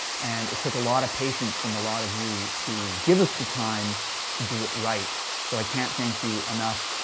and it took a lot of patience from a lot of you to give us the time to do it right, so i can't thank you enough.